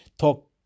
talk